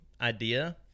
idea